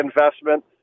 investment